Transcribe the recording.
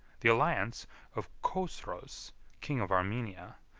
the alliance of chosroes, king of armenia,